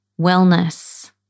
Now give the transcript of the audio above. wellness